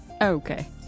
Okay